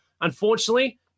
unfortunately